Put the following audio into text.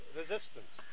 resistance